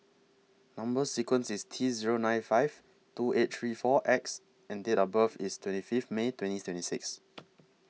Number sequence IS T Zero nine five two eight three four X and Date of birth IS twenty Fifth May twenty twenty six